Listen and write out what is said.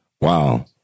Wow